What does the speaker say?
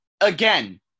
Again